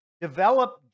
develop